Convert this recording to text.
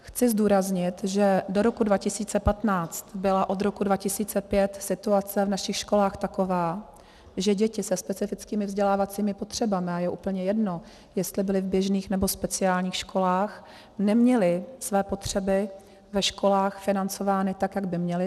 Chci zdůraznit, že do roku 2015 byla od roku 2005 situace v našich školách taková, že děti se specifickými vzdělávacími potřebami, a je úplně jedno, jestli byly v běžných, nebo speciálních školách, neměly své potřeby ve školách financovány tak, jak by měly.